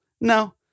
no